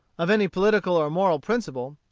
of any political or moral principle.